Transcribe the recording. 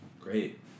great